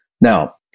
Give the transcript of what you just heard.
Now